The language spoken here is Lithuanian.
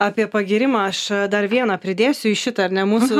apie pagyrimą aš dar vieną pridėsiu į šitą ar ne mūsų